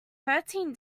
thirteen